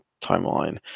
timeline